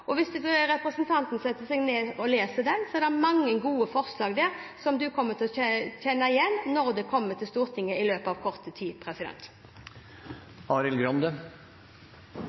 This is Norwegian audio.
og hvis representanten setter seg ned og leser den, vil hun se at det er mange gode forslag der, som hun kommer til å kjenne igjen når de kommer til Stortinget i løpet av kort tid.